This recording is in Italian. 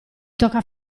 tocca